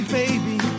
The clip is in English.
baby